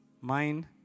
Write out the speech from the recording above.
mind